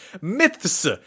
myths